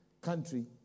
country